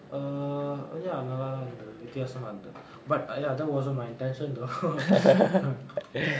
err நல்லாதா இருந்துது வித்யாசமா இருந்து:nallaathaa irunthuthu vithyaasamaa irunthu but err ya that wasn't my intention though